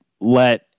let